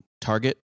Target